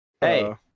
Hey